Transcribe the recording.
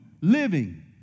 living